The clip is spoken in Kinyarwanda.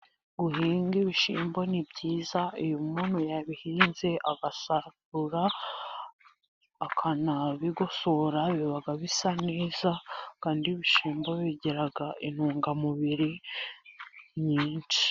Guhinga ibishyimbo ni byiza, iyo umuntu yabihinze, agasarura, akabigosora, biba bisa neza, kandi ibishyimbo bigira intungamubiri nyinshi.